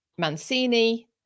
Mancini